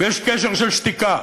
ויש קשר של שתיקה.